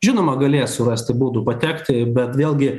žinoma galės surasti būdų patekti bet vėlgi